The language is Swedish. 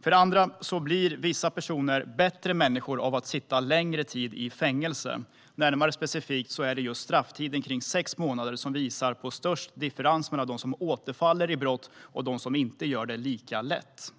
För det andra blir vissa personer bättre människor av att sitta längre tid i fängelse. Närmare specifikt är det just strafftiden kring sex månader som visar på den största differensen mellan dem som återfaller i brott och dem som inte gör det lika lätt.